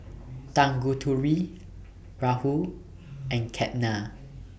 Tanguturi Rahul and Ketna